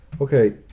okay